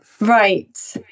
Right